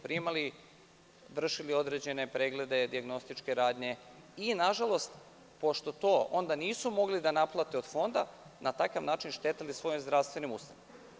Primali su i vršili su određene preglede, dijagnostičke radnje i, na žalost, pošto to onda nisu mogli da naplate od Fonda na takav način su štetili svojim zdravstvenim ustanovama.